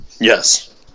Yes